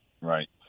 right